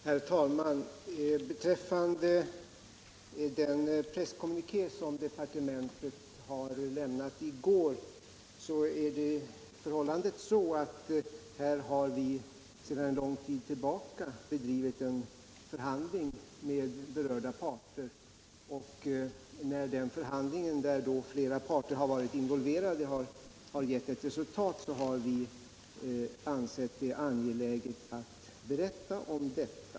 Herr talman! Beträffande den presskommuniké som departementet lämnade i går förhåller det sig så att vi sedan lång tid tillbaka har bedrivit en förhandling med berörda parter. När sedan den förhandlingen — där flera parter varit involverade — har givit resultat har vi ansett det angeläget att berätta om detta.